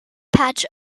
patch